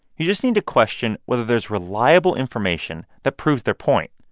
you just need to question whether there's reliable information that proves their point.